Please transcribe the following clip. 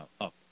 up